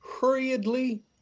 hurriedly